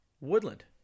woodland